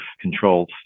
controls